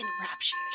enraptured